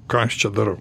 ką aš čia darau